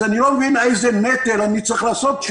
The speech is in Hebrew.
אני לא מבין באיזה נטל אני צריך לשאת,